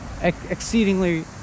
exceedingly